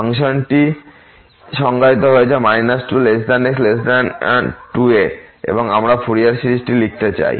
ফাংশনটি সংজ্ঞায়িত করা হয়েছে 2 x 2 এ এবং আমরা ফুরিয়ার সিরিজ লিখতে চাই